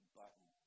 button